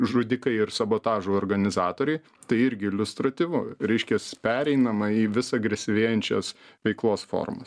žudikai ir sabotažo organizatoriai tai irgi iliustratyvu reiškias pereinamąjį vis agresyvėjančios veiklos formas